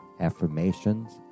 affirmations